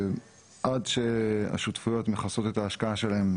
עד שהשותפויות מכסות את ההשקעה שלהן,